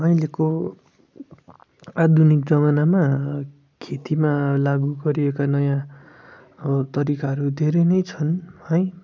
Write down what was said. अहिलेको आधुनिक जमानामा खेतीमा लागु गरिएका नयाँ तरिकाहरू धेरै नै छन् है